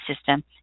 system